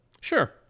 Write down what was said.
sure